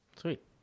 Sweet